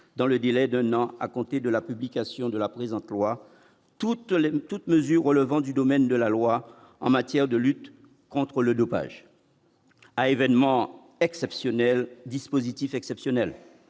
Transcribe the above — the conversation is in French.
dans le délai d'un an à compter de la publication de la présente loi toute l'aide toute mesure relevant du domaine de la loi en matière de lutte contre le dopage à événement exceptionnel, dispositif exceptionnel,